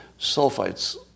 Sulfites